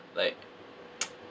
like